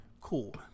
cool